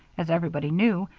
as everybody knew,